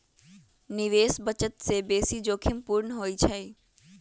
निवेश बचत से बेशी जोखिम पूर्ण होइ छइ